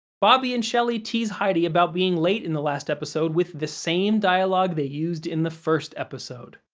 bobby and shelly tease heidi about being late in the last episode with the same dialogue they used in the first episode.